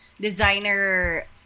designer